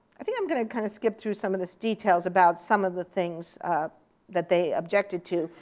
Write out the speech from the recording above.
i think i'm going to kind of skip through some of the details about some of the things that they objected to,